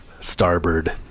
starboard